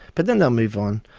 but then they'll move on.